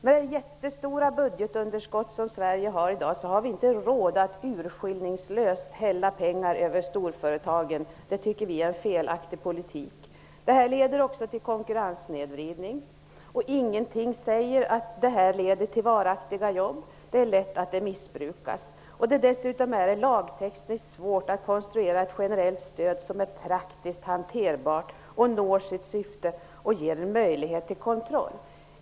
Med det jättestora budgetunderskott som Sverige har i dag har vi inte råd att urskillningslöst hälla pengar över storföretagen. Vi tycker att det är en felaktig politik. Vidare leder detta till en konkurrenssnedvridning. Ingenting säger att det här leder till varaktiga jobb. Dessutom är det lätt att missbruka systemet. Lagtekniskt är det också svårt att konstruera ett generellt stöd som är praktiskt hanterbart, som når sitt syfte och som ger en möjlighet till kontroll.